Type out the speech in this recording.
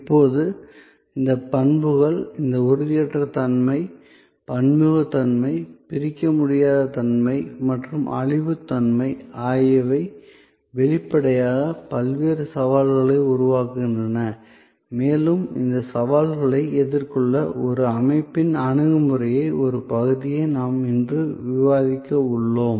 இப்போது இந்த பண்புகள் இந்த உறுதியற்ற தன்மை பன்முகத்தன்மை பிரிக்க முடியாத தன்மை மற்றும் அழிவுத்தன்மை ஆகியவை வெளிப்படையாக பல்வேறு சவால்களை உருவாக்குகின்றன மேலும் இந்த சவால்களை எதிர்கொள்ள ஒரு அமைப்பின் அணுகுமுறையின் ஒரு பகுதியை நாம் இன்று விவாதிக்க உள்ளோம்